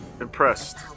impressed